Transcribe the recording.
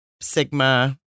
sigma